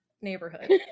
neighborhood